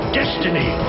destiny